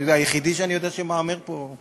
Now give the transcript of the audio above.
היחידי שאני יודע שמהמר פה,